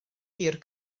hir